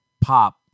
pop